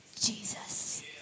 Jesus